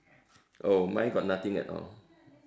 oh mine got nothing at all